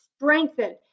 strengthened